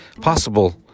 possible